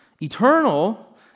Eternal